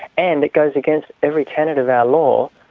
and it goes against every tenet of our law,